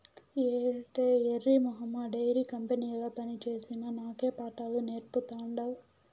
ఏటే ఎర్రి మొహమా డైరీ కంపెనీల పనిచేసిన నాకే పాఠాలు నేర్పతాండావ్